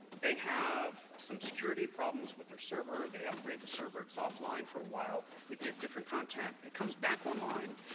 they have some security problems with their server, they upgrade the server, it's offline for a while, we get different content. it comes back online,